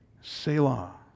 Selah